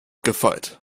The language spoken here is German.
gefeit